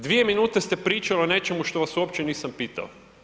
Dvije minute ste pričali o nečemu što vas uopće nisam pitao.